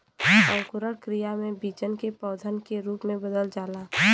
अंकुरण क्रिया में बीजन के पौधन के रूप में बदल जाला